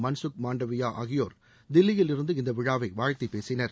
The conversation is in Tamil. மன்சுக் மாண்டவியா ஆகியோர் தில்லியிலிருந்து இந்த விழாவை வாழ்த்திப் பேசினர்